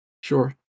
Sure